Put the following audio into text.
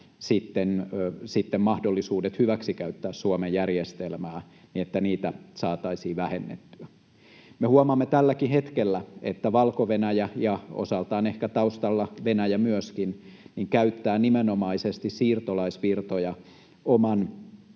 mahdollisuuksia hyväksikäyttää Suomen järjestelmää saataisiin vähennettyä. Me huomaamme tälläkin hetkellä, että Valko-Venäjä ja osaltaan ehkä taustalla myöskin Venäjä käyttävät nimenomaisesti siirtolaisvirtoja oman